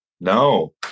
No